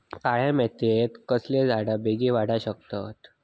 काळ्या मातयेत कसले झाडा बेगीन वाडाक शकतत?